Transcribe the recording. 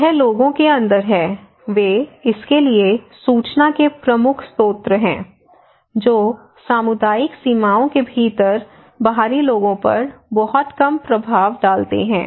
यह लोगों के अंदर है वे इसके लिए सूचना के प्रमुख स्रोत हैं जो सामुदायिक सीमाओं के भीतर बाहरी लोगों पर बहुत कम प्रभाव डालते हैं